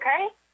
Okay